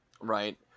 Right